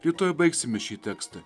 rytoj baigsime šį tekstą